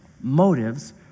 motives